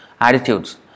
attitudes